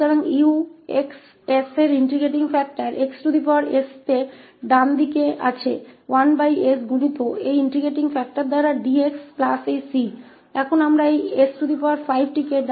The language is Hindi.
तो 𝑥 इस इंटेग्रटिंग फैक्टर xs में है तो हमारे पास dx पर इंटेग्रटिंग इस इंटेग्रटिंग फैक्टर द्वारा 1s के रूप में दाईं ओर गुणा किया गया है और साथ ही यह c है